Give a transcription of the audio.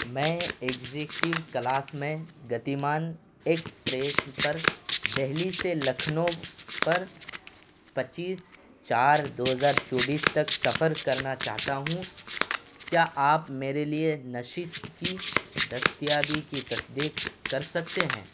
میں executive class میں Gatimaan express پر دہلی سے لکھنؤ پر پچیس چار دو ہزار چوبیس تک سفر کرنا چاہتا ہوں کیا آپ میرے لیے نشست کی دستیابی کی تصدیک کر سکتے ہیں